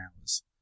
hours